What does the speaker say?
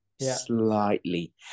slightly